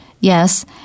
Yes